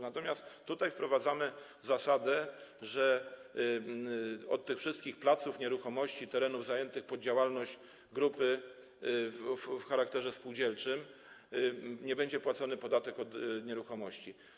Natomiast tutaj wprowadzamy zasadę, że od tych wszystkich placów, nieruchomości, terenów zajętych w związku z działalnością grupy w charakterze spółdzielczym nie będzie płacony podatek od nieruchomości.